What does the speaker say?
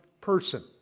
person